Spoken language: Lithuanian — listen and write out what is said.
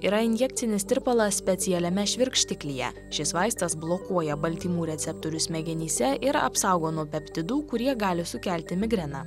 yra injekcinis tirpalas specialiame švirštiklyje šis vaistas blokuoja baltymų receptorius smegenyse ir apsaugo nuo peptidų kurie gali sukelti migreną